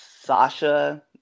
Sasha